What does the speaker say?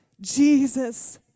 Jesus